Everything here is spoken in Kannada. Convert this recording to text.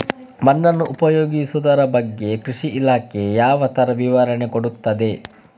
ಮಣ್ಣನ್ನು ಉಪಯೋಗಿಸುದರ ಬಗ್ಗೆ ಕೃಷಿ ಇಲಾಖೆ ಯಾವ ತರ ವಿವರಣೆ ಕೊಡುತ್ತದೆ?